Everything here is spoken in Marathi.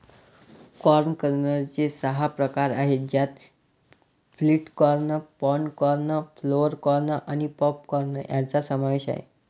कॉर्न कर्नलचे सहा प्रकार आहेत ज्यात flint corn, pod corn, flour corn आणि पॉप कॉर्न यांचा समावेश आहे